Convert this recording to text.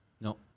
No